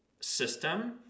system